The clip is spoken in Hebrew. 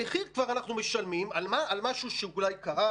את המחיר אנחנו כבר משלמים על משהו שאולי קרה,